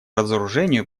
разоружению